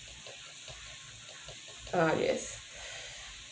uh yes